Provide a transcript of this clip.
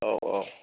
औ औ